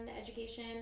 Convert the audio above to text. education